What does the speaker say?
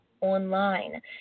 online